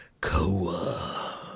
Koa